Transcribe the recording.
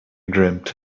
dreamt